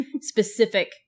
specific